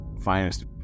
finest